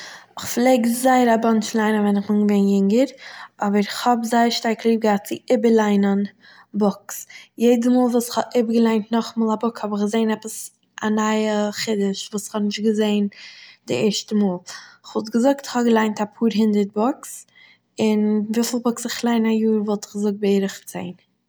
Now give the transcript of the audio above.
איך פלעג זייער א באנטש ליינען ווען איך בין געווען יונגער, אבער איך האב זייער שטארק ליב געהאט צו איבערליינען בוקס, יעדע מאל וואס איך האב איבערגעליינט נאכאמאל א בוק האב איך געזעהן עפעס א נייע חידוש וואס איך האב נישט געזעהן די ערשטע מאל. כ'וואלט געזאגט איך האב געליינט א פאר הונדערט בוקס, און וויפיל בוקס איך ליין א יאר - וואלט איך געזאגט בערך צען